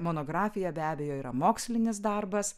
monografija be abejo yra mokslinis darbas